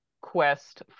quest